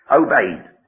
obeyed